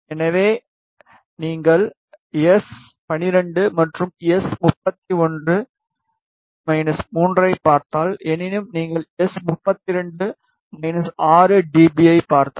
எனவே நீங்கள் எஸ் 12 மற்றும் எஸ்31 3 ஐப் பார்த்தால் எனினும் நீங்கள் எஸ்32 6 டி பி S32 6 dB ஐப் பார்த்தால்